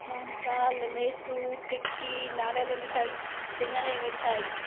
मोहनथाल मैसू टिकी नारियल मिठाई सिंगर जी मिठाई